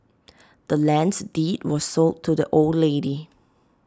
the land's deed was sold to the old lady